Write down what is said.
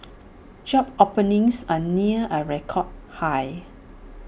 job openings are near A record high